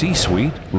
C-Suite